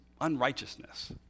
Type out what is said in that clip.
unrighteousness